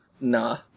nah